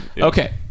Okay